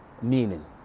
meaning